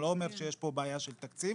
אני לא אומר שיש פה בעיה של תקציב,